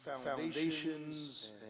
foundations